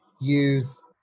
use